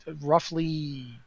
roughly